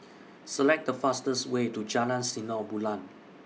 Select The fastest Way to Jalan Sinar Bulan